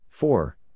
four